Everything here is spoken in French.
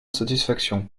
satisfaction